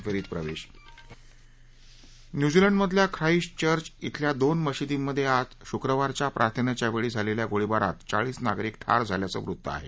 फेरीत प्रवेश न्युझिलंडमधल्या खाईस्ट चर्च शेल्या दोन मशिदींमध्ये आज शुक्रवारच्या प्रार्थनेच्या वेळी झालेल्या गोळीबारात चाळीस नागरिक ठार झाल्याचं वृत्त आहे